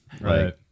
right